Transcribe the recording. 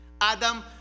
Adam